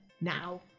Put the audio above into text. now